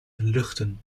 luchten